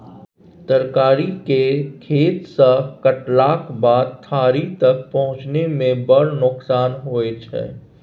तरकारी केर खेत सँ कटलाक बाद थारी तक पहुँचै मे बड़ नोकसान होइ छै